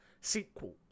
sequel